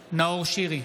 שירי,